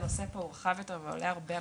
הנושא פה הוא רחב יותר ועולה הרבה על